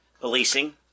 policing